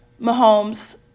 Mahomes